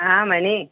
మణి